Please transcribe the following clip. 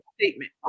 statement